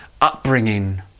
upbringing